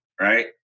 right